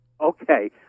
Okay